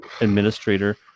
administrator